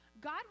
God